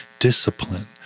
discipline